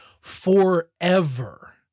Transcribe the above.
forever